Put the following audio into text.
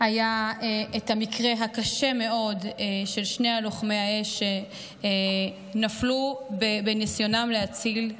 היה המקרה הקשה מאוד של שני לוחמי האש שנפלו בניסיונם להציל,